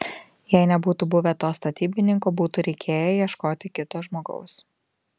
jei nebūtų buvę to statybininko būtų reikėję ieškoti kito žmogaus